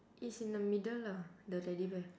is in the middle lah the teddy bear